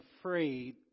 afraid